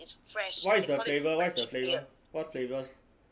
what is the flavour what is the flavour what flavours